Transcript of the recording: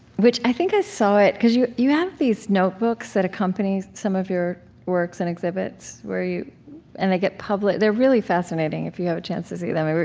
which i think i saw it because you you have these notebooks that accompany some of your works and exhibits, where you and they get published. they're really fascinating if you have a chance to see them.